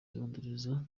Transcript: rondereza